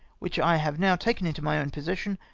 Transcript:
which i have now taken into my own possession,